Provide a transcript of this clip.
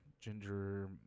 ginger